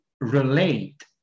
relate